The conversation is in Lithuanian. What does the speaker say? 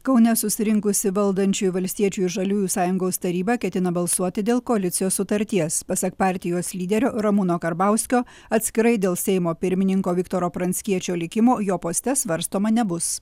kaune susirinkusi valdančiųjų valstiečių ir žaliųjų sąjungos taryba ketina balsuoti dėl koalicijos sutarties pasak partijos lyderio ramūno karbauskio atskirai dėl seimo pirmininko viktoro pranckiečio likimo jo poste svarstoma nebus